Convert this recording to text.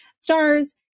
stars